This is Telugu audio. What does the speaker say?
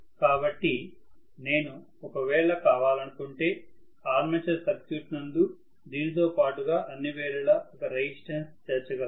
కాబట్టి నేను ఒకవేళ కావాలనుకుంటే ఆర్మేచర్ సర్క్యూట్ నందు దీనితో పాటుగా అన్ని వేళల ఒక రెసిస్టన్స్ చేర్చగలను